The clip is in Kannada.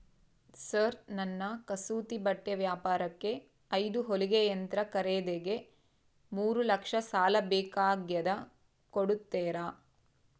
ಸರ್ ನನ್ನ ಕಸೂತಿ ಬಟ್ಟೆ ವ್ಯಾಪಾರಕ್ಕೆ ಐದು ಹೊಲಿಗೆ ಯಂತ್ರ ಖರೇದಿಗೆ ಮೂರು ಲಕ್ಷ ಸಾಲ ಬೇಕಾಗ್ಯದ ಕೊಡುತ್ತೇರಾ?